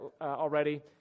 already